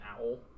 owl